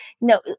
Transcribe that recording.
no